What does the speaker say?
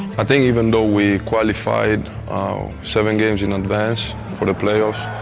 i think even though we qualified seven games in advance but playoffs,